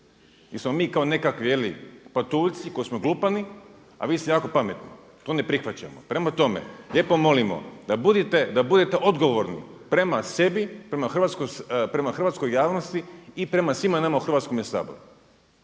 Nismo mi kao nekakvi jeli patuljci koji smo glupani a vi ste jako pametni. To ne prihvaćamo. Prema tome, lijepo molimo da budete odgovorni prema sebi, prema hrvatskoj javnosti i prema svima nama u Hrvatskome saboru.